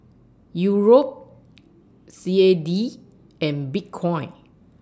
Euro C A D and Bitcoin